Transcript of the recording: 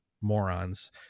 morons